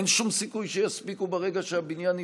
אין שום סיכוי שיספיקו ברגע שהבניין ייפתח,